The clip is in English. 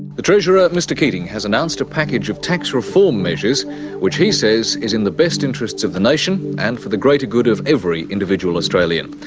the treasurer mr keating has announced a package of tax reform measures which he says is in the best interests of the nation and for the greater good of every individual australian.